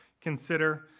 consider